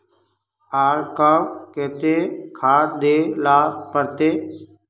आर कब केते खाद दे ला पड़तऐ?